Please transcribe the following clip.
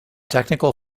technical